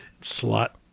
slot